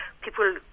people